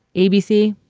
abc,